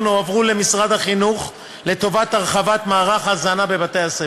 הועברו למשרד החינוך לטובת הרחבת מערך ההזנה בבתי-הספר,